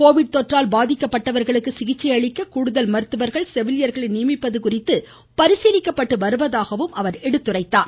Covid தொற்றால் பாதிக்கப்பட்டவர்களுக்கு சிகிச்சை அளிக்க கூடுதல் மருத்துவர்கள் செவிலியர்களை நியமிப்பது குறித்து பரிசீலிக்கப்பட்டு வருவதாக குறிப்பிட்டார்